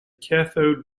cathode